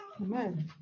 Amen